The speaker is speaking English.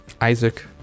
Isaac